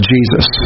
Jesus